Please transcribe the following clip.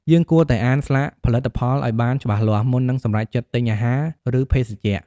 យើងគួរតែអានស្លាកផលិតផលឱ្យបានច្បាស់លាស់ មុននឹងសម្រេចចិត្តទិញអាហារឬភេសជ្ជៈ។